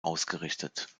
ausgerichtet